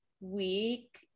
week